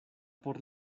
por